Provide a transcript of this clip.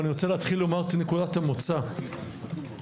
אבל אני רוצה לומר את נקודת המוצא והיא